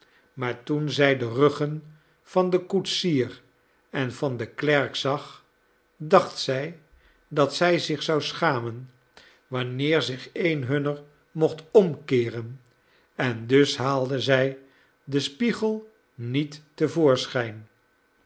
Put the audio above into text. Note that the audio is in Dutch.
maar toen zij de ruggen van den koetsier en van den klerk zag dacht zij dat zij zich zou schamen wanneer zich een hunner mocht omkeeren en dus haalde zij den spiegel niet